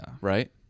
right